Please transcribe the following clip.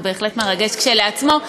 זה בהחלט מרגש כשלעצמו,